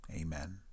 Amen